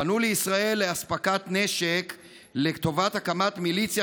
פנו לישראל לאספקת נשק לשם הקמת מיליציה